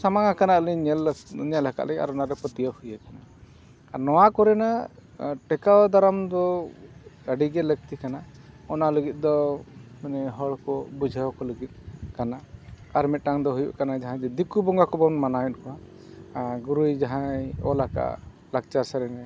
ᱥᱟᱢᱟᱝ ᱟᱠᱟᱱᱟ ᱟᱞᱤᱧ ᱧᱮᱞ ᱟᱠᱟᱫᱟᱞᱤᱧ ᱟᱨ ᱚᱱᱟᱨᱮ ᱯᱟᱹᱛᱭᱟᱹᱣ ᱦᱩᱭ ᱟᱠᱟᱱᱟ ᱱᱚᱣᱟ ᱠᱚᱨᱮᱱᱟᱜ ᱴᱮᱠᱟᱣ ᱫᱟᱨᱟᱢ ᱫᱚ ᱟᱹᱰᱤᱜᱮ ᱞᱟᱹᱠᱛᱤ ᱠᱟᱱᱟ ᱚᱱᱟ ᱞᱟᱹᱜᱤᱫ ᱫᱚ ᱢᱟᱱᱮ ᱦᱚᱲ ᱠᱚ ᱵᱩᱡᱷᱟᱹᱣ ᱠᱚ ᱞᱟᱹᱜᱤᱫ ᱠᱟᱱᱟ ᱟᱨ ᱢᱤᱫᱴᱟᱝ ᱦᱩᱭᱩᱜ ᱠᱟᱦᱟᱸ ᱡᱮ ᱫᱤᱠᱩ ᱵᱚᱸᱜᱟ ᱠᱚᱵᱚᱱ ᱢᱟᱱᱟᱣᱮᱫ ᱠᱚᱣᱟ ᱜᱩᱨᱩᱭ ᱡᱟᱦᱟᱸᱭ ᱚᱞ ᱟᱠᱟᱜᱼᱟ ᱞᱟᱠᱪᱟᱨ ᱥᱮᱨᱮᱧ ᱨᱮ